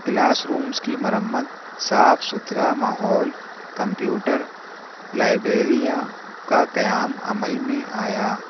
class rooms کی مرمت صاف ستھرا ماحول کمپیوٹر لائبریریاں کا قیام عمل میں آیا